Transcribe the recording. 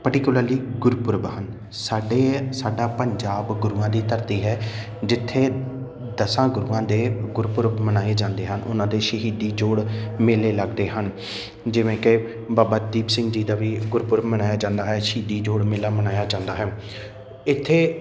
particularly Gurpurab ਹਨ ਸਾਡੇ ਸਾਡਾ ਪੰਜਾਬ ਗੁਰੂਆਂ ਦੀ ਧਰਤੀ ਹੈ ਜਿੱਥੇ ਦਸਾਂ ਗੁਰੂਆਂ ਦੇ ਗੁਰਪੁਰਬ ਮਨਾਏ ਜਾਂਦੇ ਹਨ ਉਹਨਾਂ ਦੇ ਸ਼ਹੀਦੀ ਜੋੜ ਮੇਲੇ ਲੱਗਦੇ ਹਨ ਜਿਵੇਂ ਕਿ ਬਾਬਾ ਦੀਪ ਸਿੰਘ ਜੀ ਦਾ ਵੀ ਗੁਰਪੁਰਬ ਮਨਾਇਆ ਜਾਂਦਾ ਹੈ ਸ਼ਹੀਦੀ ਜੋੜ ਮੇਲਾ ਮਨਾਇਆ ਜਾਂਦਾ ਹੈ ਇੱਥੇ